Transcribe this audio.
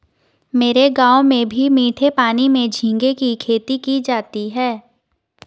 मेरे गांव में भी मीठे पानी में झींगे की खेती की जाती है